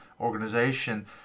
organization